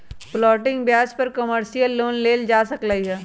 floating ब्याज पर commercial loan लेल जा सकलई ह